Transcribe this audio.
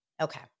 Okay